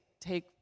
take